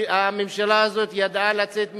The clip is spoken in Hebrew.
הממשלה הזאת ידעה לצאת מזה,